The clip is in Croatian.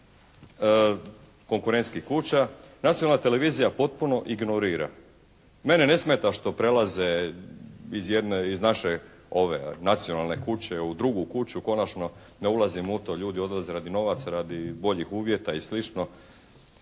konkurentskih kuća nacionalna televizija potpuno ignorira. Meni ne smeta što prelaze iz jedne, iz naše ove nacionalne kuće u drugu kuću. Konačno, ne ulazim u to. Ljudi odlaze radi novaca, radi boljih uvjeta i